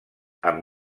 amb